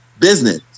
business